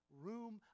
room